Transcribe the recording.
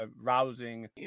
rousing